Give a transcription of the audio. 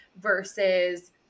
versus